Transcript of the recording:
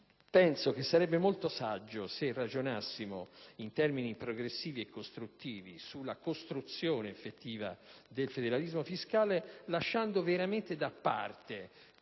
Penso che sarebbe molto saggio se ragionassimo in termini progressivi e costruttivi sulla costruzione effettiva del federalismo fiscale, lasciando veramente da parte